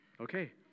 okay